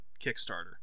Kickstarter